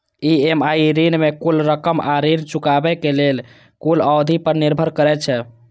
EMI ऋण के कुल रकम आ ऋण चुकाबै के कुल अवधि पर निर्भर करै छै